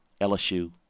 LSU